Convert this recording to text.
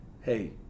hey